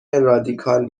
رادیکال